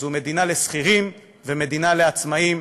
זו מדינה לשכירים ומדינה לעצמאים,